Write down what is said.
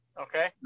Okay